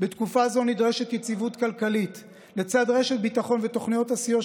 "בתקופה זו נדרשת יציבות כלכלית לצד רשת ביטחון ותוכניות הסיוע,